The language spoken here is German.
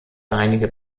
einige